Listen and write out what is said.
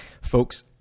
folks